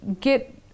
get